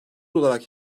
olarak